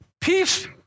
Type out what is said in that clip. Peace